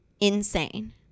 insane